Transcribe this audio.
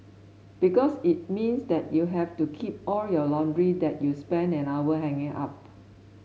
because it means that you have to keep all your laundry that you spent an hour hanging up